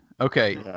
Okay